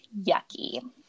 Yucky